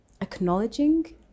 acknowledging